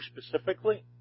specifically